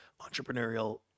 entrepreneurial